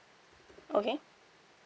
okay